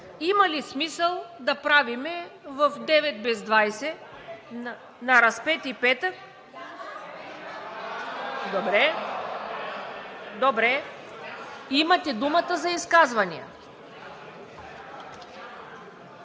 Има ли смисъл да правим в 9 без 20 на Разпети петък?(Шум и реплики.) Добре. Имате думата за изказвания.